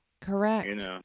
Correct